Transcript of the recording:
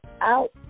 out